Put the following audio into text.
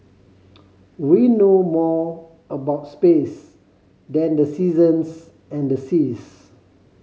we know more about space than the seasons and the seas